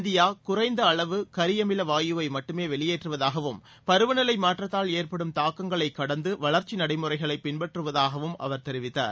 India குறைந்த அளவு கரியமில வாயுவை மட்டுமே வெளியேற்றுவதாகவும் பருவநிலை மாற்றத்தால் ஏற்படும் தாக்கங்களைக் கடந்து வளர்ச்சி நடைமுறைகளை பின்பற்றுவதாகவும் அவர் தெரிவித்தார்